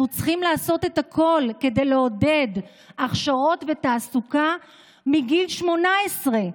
אנחנו צריכים לעשות את הכול כדי לעודד הכשרות ותעסוקה מגיל 18,